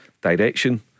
direction